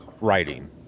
writing